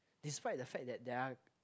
despite the fact that there are